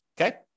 Okay